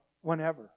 whenever